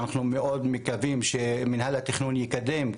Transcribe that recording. אנחנו מאוד מקווים שמינהל התכנון יקדם,